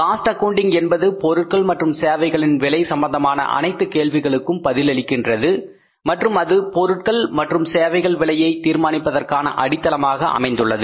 cost accounting என்பது பொருட்கள் மற்றும் சேவைகளின் விலை சம்பந்தமான அனைத்து கேள்விகளுக்கும் பதில் அளிக்கின்றது மற்றும் அது பொருட்கள் மற்றும் சேவைகளின் விலையை தீர்மானிப்பதற்கான அடித்தளமாக அமைந்துள்ளது